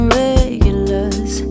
regulars